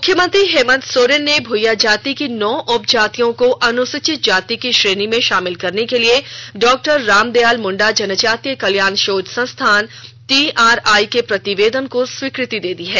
मुख्यमंत्री हेमंत सोरेन ने भुईयां जाति की नौ उप जातियों को अनुसूचित जाति की श्रेणी में शामिल करने के लिए डॉ रामदयाल मुंडा जनजातीय कल्याण शोध संस्थान टीआरआई के प्रतिवेदन को स्वीकृति दे दी है